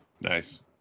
Nice